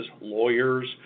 lawyers